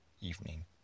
evening